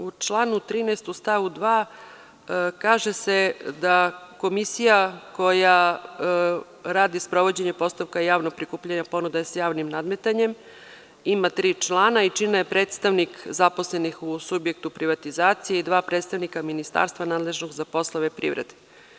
U članu 13. u stavu 2. se kaže da komisija koja radi sprovođenje postupka javnog prikupljanja ponuda sa javnim nadmetanjem ima tri člana i čine je predstavnik zaposlenih u subjektu privatizacije i dva predstavnika ministarstva nadležnog za poslove privrede.